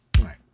Right